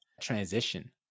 transition